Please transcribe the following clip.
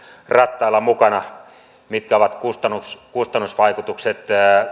rattailla mukana mitkä ovat kustannusvaikutukset